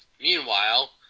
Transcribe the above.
Meanwhile